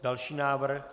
Další návrh.